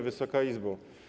Wysoka Izbo!